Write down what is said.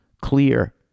clear